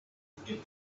forget